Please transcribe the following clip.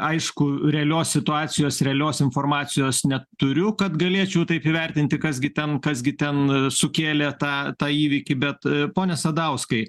aišku realios situacijos realios informacijos neturiu kad galėčiau taip įvertinti kas gi ten kas gi ten sukėlė tą tą įvykį bet pone sadauskai